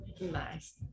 Nice